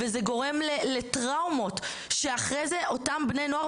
וזה גורם לטראומות שאחרי זה אותם בני נוער,